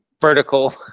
vertical